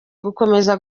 gukomeza